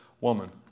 woman